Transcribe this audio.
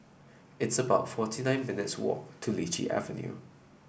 it's about forty nine minutes' walk to Lichi Avenue